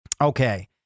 okay